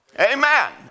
Amen